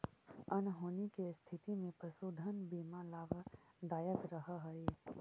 अनहोनी के स्थिति में पशुधन बीमा लाभदायक रह हई